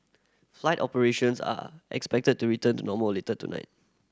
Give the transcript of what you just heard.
flight operations are expected to return to normal later tonight